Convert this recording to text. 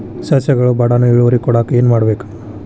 ಸಸ್ಯಗಳು ಬಡಾನ್ ಇಳುವರಿ ಕೊಡಾಕ್ ಏನು ಮಾಡ್ಬೇಕ್?